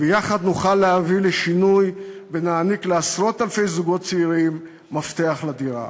ויחד נוכל להביא לשינוי ונעניק לעשרות-אלפי זוגות צעירים מפתח לדירה.